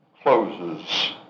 closes